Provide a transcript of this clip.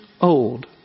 old